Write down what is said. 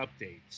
updates